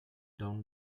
down